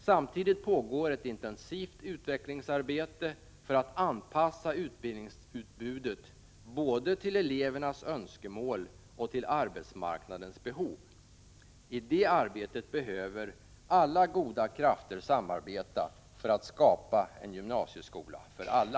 Samtidigt pågår ett intensivt utvecklingsarbete för att anpassa utbildningsutbudet både till elevernas önskemål och till arbetsmarknadens behov. I det arbetet behöver alla goda krafter samarbeta för att skapa en gymnasieskola för alla.